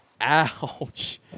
Ouch